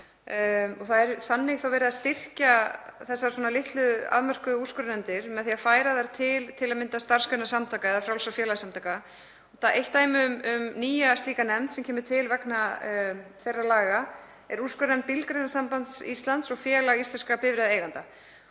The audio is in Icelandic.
Þannig er verið að styrkja þessar litlu afmörkuðu úrskurðarnefndir, með því að færa þær til að mynda til starfsgreinasamtaka eða frjálsra félagasamtaka. Eitt dæmi um nýja slíka nefnd sem kemur til vegna þeirra laga er úrskurðarnefnd Bílgreinasambands Íslands og Félags íslenskra bifreiðaeigenda.